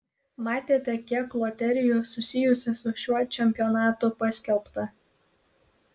matėte kiek loterijų susijusių su šiuo čempionatu paskelbta